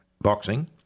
boxing